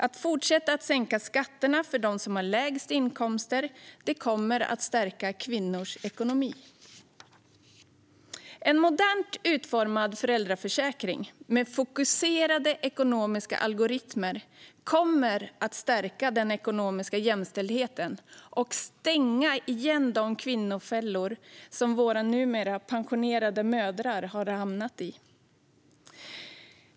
Att fortsätta sänka skatterna för de som har lägst inkomster kommer att stärka kvinnors ekonomi. En modernt utformad föräldraförsäkring med fokuserade ekonomiska algoritmer kommer att stärka den ekonomiska jämställdheten och stänga igen de kvinnofällor som våra numera pensionerade mödrar har hamnat i.